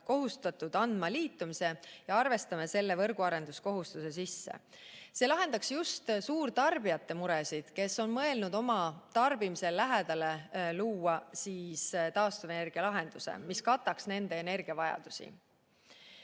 kohustatud andma liitumise ja arvestama selle võrguarenduskohustuse sisse. See lahendaks just suurtarbijate muresid, kes on mõelnud oma tarbimisele lähedale luua taastuvenergia lahenduse, mis kataks nende energiavajaduse. Seitsmendaks,